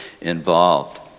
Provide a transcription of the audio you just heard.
involved